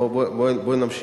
בואי נמשיך.